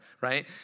Right